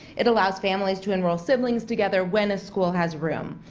it allows families to enroll siblings together when a school has room.